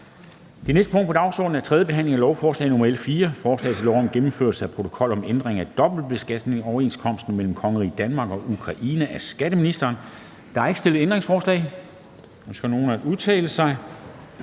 Det næste punkt på dagsordenen er: 3) 3. behandling af lovforslag nr. L 4: Forslag til lov om gennemførelse af protokol om ændring af dobbeltbeskatningsoverenskomsten mellem Kongeriget Danmark og Ukraine. Af skatteministeren (Morten Bødskov). (Fremsættelse